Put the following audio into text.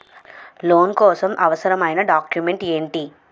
Loan కోసం అవసరమైన documents ఎంటి?